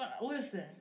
listen